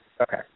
Okay